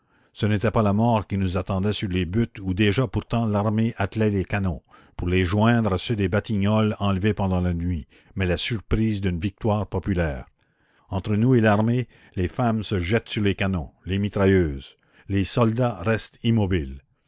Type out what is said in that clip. ce n'était pas la mort qui nous attendait sur les buttes où déjà pourtant l'armée attelait les canons pour les joindre à ceux des batignolles enlevés pendant la nuit mais la surprise d'une victoire populaire entre nous et l'armée les femmes se jettent sur les canons les mitrailleuses les soldats restent immobiles